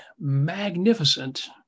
magnificent